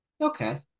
Okay